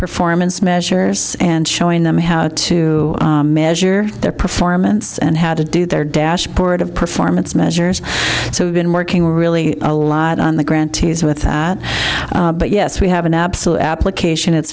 performance measures and showing them how to measure their performance and how to do their dashboard of performance measures so we've been working really a lot on the grantees with that but yes we have an absolute application it's